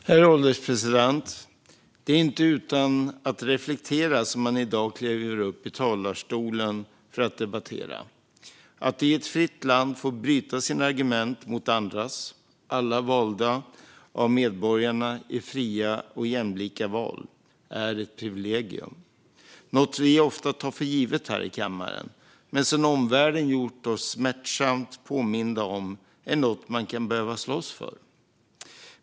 Herr ålderspresident! Det är inte utan att reflektera som man i dag kliver upp i talarstolen för att debattera. Att i ett fritt land få bryta sina argument mot andras, alla valda av medborgarna i fria och jämlika val, är ett privilegium. Det är något som vi ofta tar för givet här i kammaren. Men som omvärlden har gjort oss smärtsamt påminda om är det något man kan behöva slåss för.